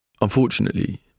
Unfortunately